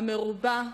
המרובה,